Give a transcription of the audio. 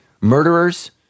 Murderers